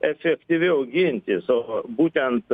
efektyviau gintis o būtent